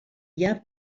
bien